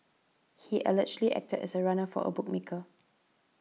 he allegedly acted as a runner for a bookmaker